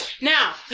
Now